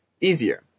easier